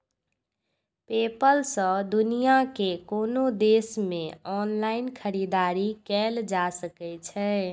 PayPal सं दुनिया के कोनो देश मे ऑनलाइन खरीदारी कैल जा सकै छै